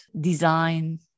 design